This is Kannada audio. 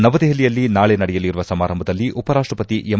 ನವದೆಹಲಿಯಲ್ಲಿ ನಾಳೆ ನಡೆಯಲಿರುವ ಸಮಾರಂಭದಲ್ಲಿ ಉಪರಾಷ್ಟಪತಿ ಎಂ